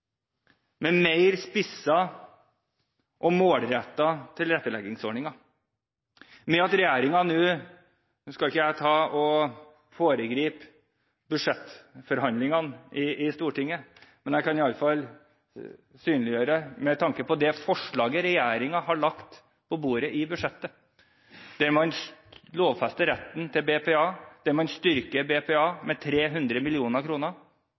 mer spissede og målrettede tilretteleggingsordninger. Nå skal ikke jeg foregripe budsjettforhandlingene i Stortinget, men med tanke på det forslaget regjeringen har lagt på bordet i budsjettet, der man lovfester retten til BPA, der man styrker BPA med 300